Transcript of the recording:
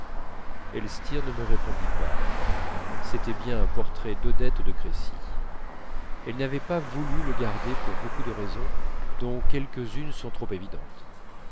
elstir ne me répondit pas c'était bien un portrait d'odette de crécy elle n'avait pas voulu le garder pour beaucoup de raisons dont quelques-unes sont trop évidentes